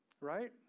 Right